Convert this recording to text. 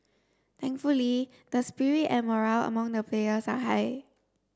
thankfully the spirit and morale among the players are high